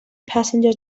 passenger